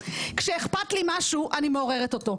כשאכפת לי ממשהו אני מעוררת אותו.